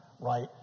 right